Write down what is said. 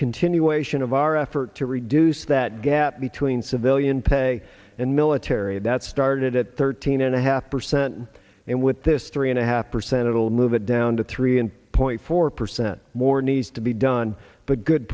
continuation of our effort to reduce that gap between civilian pay and military that started at thirteen and a half percent and with this three and a half percent it will move it down to three and point four percent more needs to be done but good